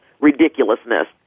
ridiculousness